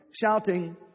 shouting